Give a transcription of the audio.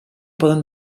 poden